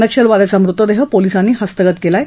नक्षलवाद्याचा मृतदेह पोलिसांनी हस्तगत केला आहे